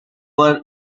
were